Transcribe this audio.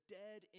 dead